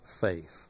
faith